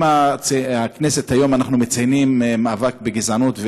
אם בכנסת היום אנחנו מציינים מאבק בגזענות,